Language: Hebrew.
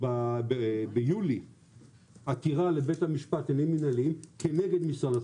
ביולי עתירה לבית המשפט כנגד משרד התחבורה,